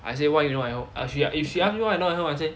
I say why you know I kno~ if she if she asks me why I not at home I say